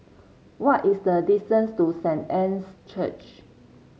what is the distance to Saint Anne's Church